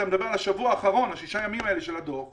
אתה מדבר על השבוע האחרון, ששת הימים של הדוח,